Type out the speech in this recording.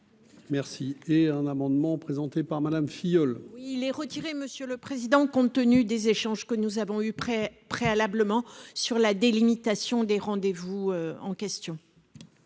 Merci et un amendement présenté par Madame Filleul. Il est retiré, monsieur le Président, compte-tenu des échanges que nous avons eu près préalablement sur la délimitation des rendez-vous en question.